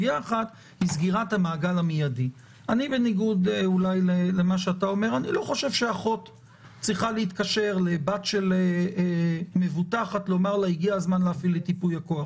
אם לאפוטרופוס הכללי הגיע מידע מגורם רפואי מוסמך